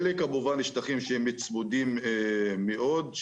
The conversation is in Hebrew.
אלה שטחים שצמודים מאוד,